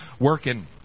working